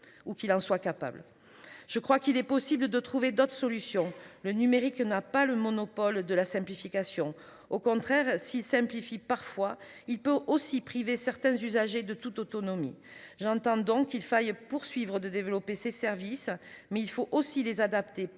Je crois qu'il est possible de trouver d'autres solutions, le numérique n'a pas le monopole de la simplification au contraire si simplifie parfois il peut aussi privé certains usagers de toute autonomie. J'entends qu'il faille poursuivre de développer ses services. Mais il faut aussi les adapter